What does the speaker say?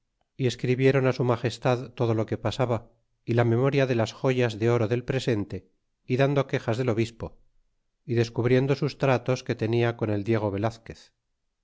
y escribieron su magestad todo lo que pasaba é la memoria de las joyas de oro del presente y dando quejas del obispo y descubriendo sus tratos que tenia con el diego velasquez